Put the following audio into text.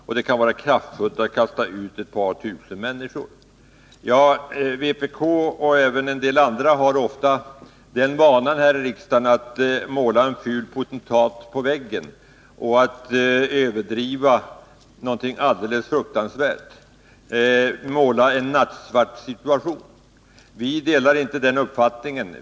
Det kan måhända vara kraftfullt att kasta ut ett par tusen människor i arbetslöshet, sade John Andersson. Företrädaren för vpk, och även en del andra, har ofta den vanan att här i riksdagen måla en ful potentat på väggen, överdriva fruktansvärt och teckna bilden av en nattsvart situation. Vi delar inte deras uppfattning.